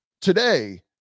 Today